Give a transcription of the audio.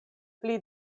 pli